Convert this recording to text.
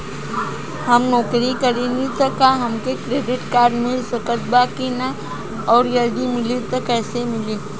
हम नौकरी करेनी त का हमरा क्रेडिट कार्ड मिल सकत बा की न और यदि मिली त कैसे मिली?